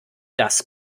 das